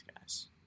guys